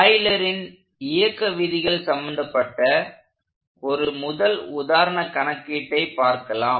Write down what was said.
ஆய்லரின் Euler's இயக்கவிதிகள் சம்பந்தப்பட்ட ஒரு முதல் உதாரண கணக்கீட்டை பார்க்கலாம்